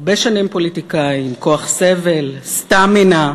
הרבה שנים פוליטיקאי, עם כוח סבל, stamina,